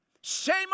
Shame